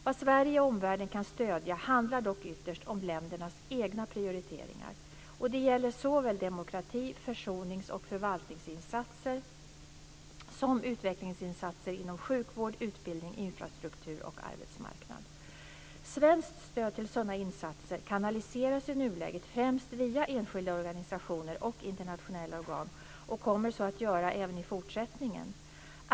Vad Sverige och omvärlden kan stödja handlar dock ytterst om ländernas egna prioriteringar. Det gäller såväl demokrati-, försonings och förvaltningsinsatser som utvecklingsinsatser inom sjukvård, utbildning, infrastruktur och arbetsmarknad. Svenskt stöd till sådana insatser kanaliseras i nuläget främst via enskilda organisationer och internationella organ och kommer så att göra även i fortsättningen.